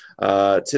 Today